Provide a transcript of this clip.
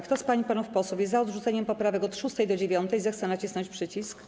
Kto z pań i panów posłów jest za odrzuceniem poprawek od 6. do 9., zechce nacisnąć przycisk.